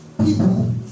people